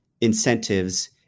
incentives